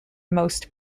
most